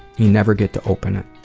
you never get to open it.